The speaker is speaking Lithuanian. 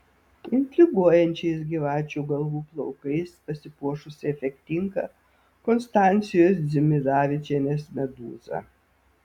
intriguojančiais gyvačių galvų plaukais pasipuošusi efektinga konstancijos dzimidavičienės medūza